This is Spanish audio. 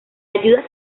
ayuda